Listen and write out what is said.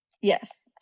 Yes